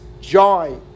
joy